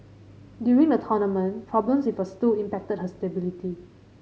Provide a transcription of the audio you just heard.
during the tournament problems with her stool impacted her stability